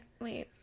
Wait